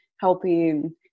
helping